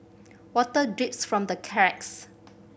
water drips from the cracks